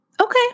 Okay